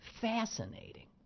Fascinating